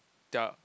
there are